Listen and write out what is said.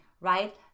right